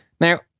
Now